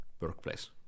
workplace